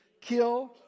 kill